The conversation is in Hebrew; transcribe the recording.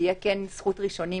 שתהיה זכות ראשונים